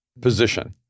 position